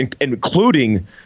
including